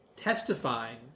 testifying